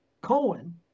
Cohen